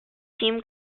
team